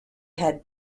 had